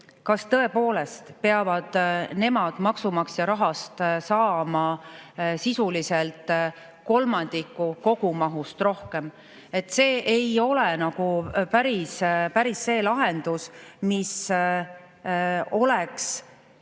Kas tõepoolest peavad nemad maksumaksja rahast saama sisuliselt kolmandiku kogumahust rohkem? See ei ole päris see lahendus, mis oleks